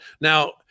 Now